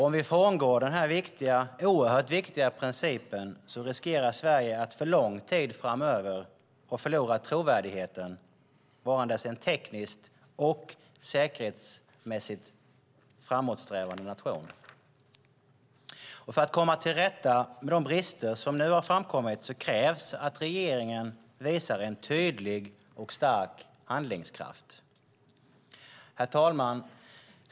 Om vi frångår denna viktiga princip riskerar Sverige att för lång tid framöver förlora trovärdigheten som tekniskt och säkerhetsmässigt framåtsträvande nation. För att komma till rätta med de brister som har framkommit krävs att regeringen visar tydlig och stark handlingskraft. Herr talman!